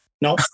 no